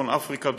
מצפון אפריקה,